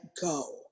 go